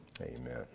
Amen